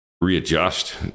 readjust